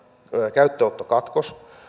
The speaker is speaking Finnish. käyttöönottokatkos